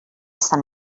sant